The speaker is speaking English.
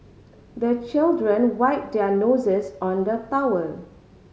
the children wipe their noses on the towel